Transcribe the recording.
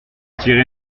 tirez